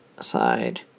side